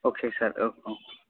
अके सार औ औ